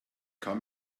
kann